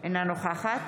אינה נוכחת